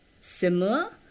similar